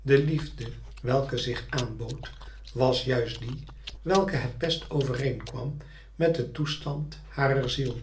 de liefde welke zich aanbood was juist die welke het best overeenkwam met den toestand harer ziel